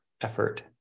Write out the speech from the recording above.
effort